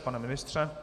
Pane ministře?